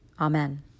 Amen